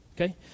okay